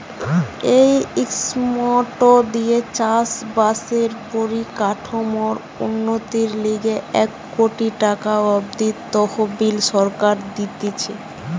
এই স্কিমটো দিয়ে চাষ বাসের পরিকাঠামোর উন্নতির লিগে এক কোটি টাকা অব্দি তহবিল সরকার দিতেছে